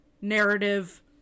narrative